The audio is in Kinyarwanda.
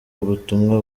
ubutumwa